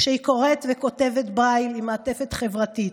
כשהיא קוראת וכותבת ברייל, עם מעטפת חברתית.